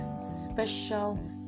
special